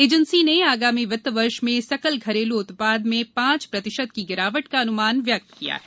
agency ने आगामी वित्त वर्ष में सकल घरेलू उत्पाद में पांच प्रतिशत की गिरावट का अनुमान व्यक्त किया है